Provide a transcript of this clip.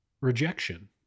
rejection